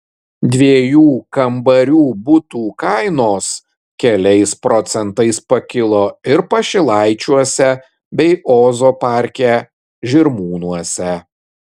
dviejų kambarių butų kainos keliais procentais pakilo ir pašilaičiuose bei ozo parke žirmūnuose